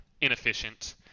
inefficient